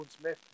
Smith